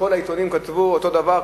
בכל העיתונים כתבו אותו הדבר,